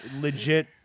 legit